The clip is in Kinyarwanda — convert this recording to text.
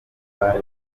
nta